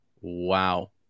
Wow